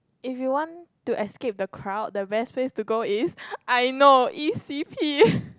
if you want to escape the crowd the best place to go is I know e_c_p